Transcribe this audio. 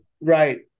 Right